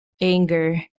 anger